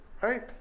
right